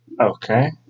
Okay